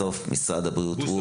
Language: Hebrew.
ומשרד הקליטה, בסוף משרד הבריאות הוא